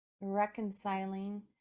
reconciling